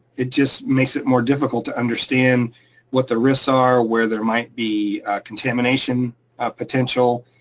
it just makes it more difficult to understand what the risks are, where there might be contamination ah potential.